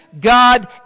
God